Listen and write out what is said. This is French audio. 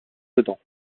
dedans